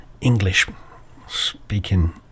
English-speaking